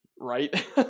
Right